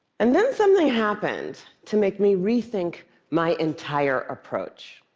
and then something happened to make me rethink my entire approach.